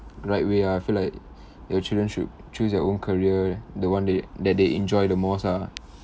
right way ah I feel like your children should choose their own career the one that that they enjoy the most ah